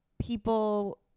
people